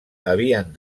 havien